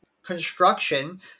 Construction